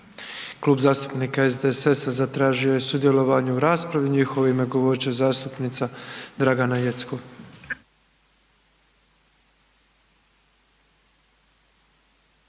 Klub zastupnika SDSS-a zatražio je sudjelovanje u raspravi, u njihovo ime govorit će zastupnica Draga Jeckov.